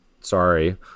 Sorry